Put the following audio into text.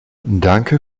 danke